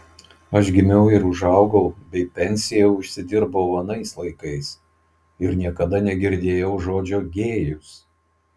aš gimiau ir užaugau bei pensiją užsidirbau anais laikais ir niekada negirdėjau žodžio gėjus